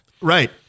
Right